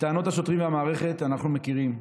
את טענות השוטרים והמערכת אנחנו מכירים.